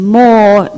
more